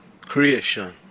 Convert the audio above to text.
Creation